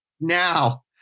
Now